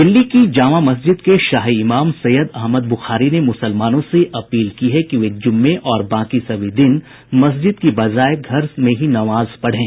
दिल्ली की जामा मस्जिद के शाही इमाम सैयद अहमद बुखारी ने मुसलमानों से अपील की है कि वे जुम्मे और बाकी सभी दिन मस्जिद की बजाए घर में ही नमाज पढ़ें